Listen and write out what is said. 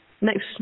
next